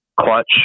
clutch